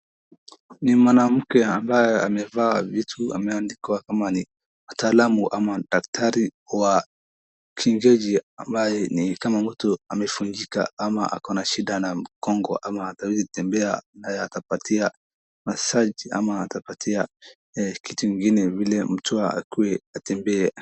Ni mwanamke ambaye amevaa vitu imeandikwa kama ni wataalamu ama ni daktari wa kienyeji ambaye ni kama mtu amevunjika ama ako na shida na mgongo ama hawezi tembea naye atapatia massage ama atapatia kitu ingine, vile mtu akue, atembee.